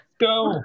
Go